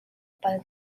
pal